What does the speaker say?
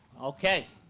ok,